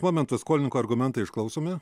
momentas skolininko argumentai išklausomi